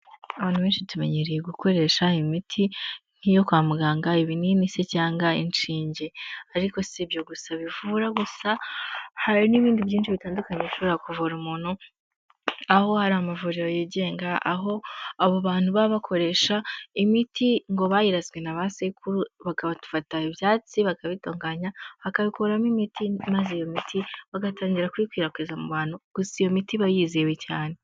Abantu benshi tumenyereye gukoresha imiti nk'iyo kwa muganga, ibinini se cyangwa inshinge. Ariko si ibyo gusa bivura gusa, hari n'ibindi byinshi bitandukanye bishobora kuvura umuntu. Aho hari amavuriro yigenga, aho abo bantu baba bakoresha imiti ngo bayirazwe na ba sekuru. Bagafata ibyatsi bakabitunganya bakabikuramo imiti, maze iyo miti bagatangira kuyikwirakwiza mu bantu. Gusa iyo miti iba yizehiwe cyane.